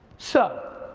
so,